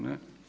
Ne.